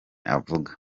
avuga